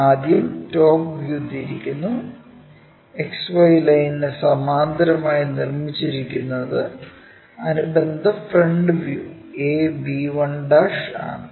ആദ്യം top view തിരിക്കുന്നു XY ലൈനിന് സമാന്തരമായി നിർമ്മിച്ചിരിക്കുന്നത് അനുബന്ധ ഫ്രണ്ട് വ്യൂ ab1 ആണ്